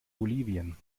bolivien